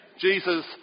Jesus